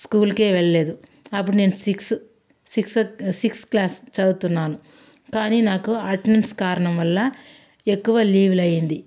స్కూల్కే వెళ్ళలేదు అప్పుడు నేను సిక్స్ సిక్స్ సిక్స్ క్లాస్ చదువుతున్నాను కానీ నాకు అటెండెన్స్ కారణం వల్ల ఎక్కువ లీవ్లు అయ్యింది